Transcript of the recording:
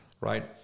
right